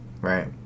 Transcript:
right